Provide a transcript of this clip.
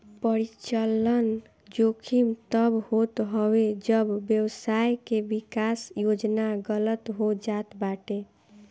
परिचलन जोखिम तब होत हवे जब व्यवसाय के विकास योजना गलत हो जात बाटे